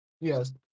Yes